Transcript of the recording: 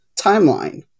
timeline